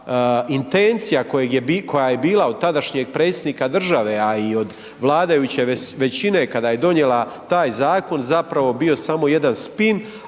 da intencija koja je bila od tadašnjeg Predsjednika države a i od vladajuće većine kada je donijela taj zakon, zapravo bio samo jedan spin